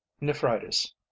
Nephritis